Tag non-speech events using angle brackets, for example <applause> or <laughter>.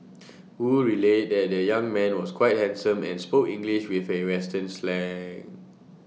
wu relayed that the young man was quite handsome and spoke English with A western slang <noise>